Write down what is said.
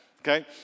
Okay